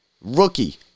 Rookie